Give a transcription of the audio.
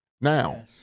Now